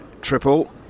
triple